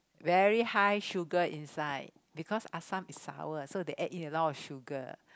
very high sugar inside because assam is sour so they add in a lot of sugar